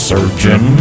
Surgeon